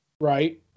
Right